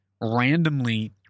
randomly